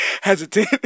hesitant